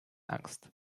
angst